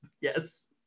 Yes